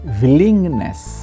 willingness